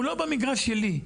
הוא לה במגרש שלי,